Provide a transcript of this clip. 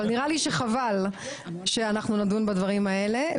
אבל נראה לי שחבל שנדון בדברים האלה,